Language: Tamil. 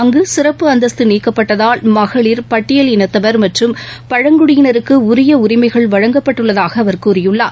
அங்கு சிறப்பு அந்தஸ்த்து நீக்கப்பட்டதால் மகளிர் பட்டியல் இனத்தவர் மற்றும் பழங்குடியினருக்கு உரிய உரிமைகள் வழங்கப்பட்டுள்ளதாக அவர் கூறியுள்ளார்